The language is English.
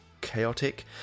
chaotic